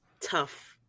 tough